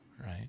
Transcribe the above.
right